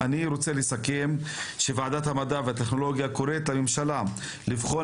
אני רוצה לסכם שוועדת המדע והטכנולוגיה קוראת לממשלה לבחון